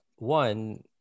One